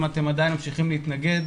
ממשיכים להתנגד